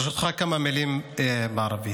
ברשותך, כמה מילים בערבית.